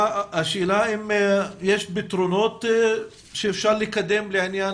השאלה אם יש פתרונות שאפשר לקדם בעניין